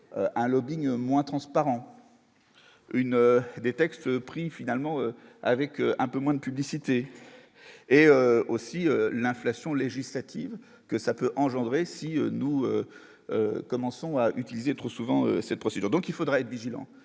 à lobbing moins transparent, une des textes pris finalement avec un peu moins de publicité, et aussi l'inflation législative que ça peut engendrer, si nous commençons à utiliser trop souvent cette procédure, donc il faudra être vigilant,